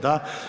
Da.